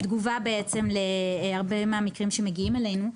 בתגובה להרבה מהמקרים שמגיעים אלינו,